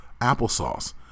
applesauce